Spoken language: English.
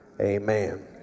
Amen